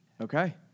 okay